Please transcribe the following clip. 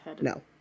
No